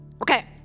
okay